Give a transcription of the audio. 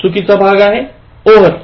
चुकीचा भाग आहे over